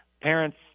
parents